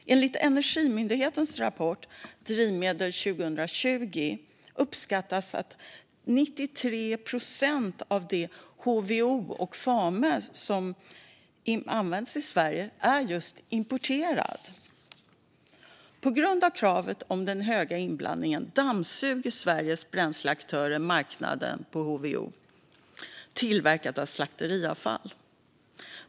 I Energimyndighetens rapport Drivmedel 2020 uppskattas 93 procent av den HVO och FAME som användes i Sverige år 2020 vara importerad. På grund av kravet på den höga inblandningen dammsuger Sveriges bränsleaktörer marknaden på HVO tillverkad av slakteriavfall.